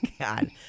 God